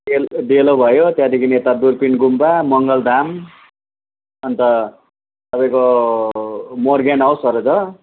डेलो भयो त्यहाँदेखि यता दुर्पिन गुम्बा मङ्गलधाम अन्त तपाईँको मोरगेन हाउस गरेर